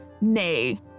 Nay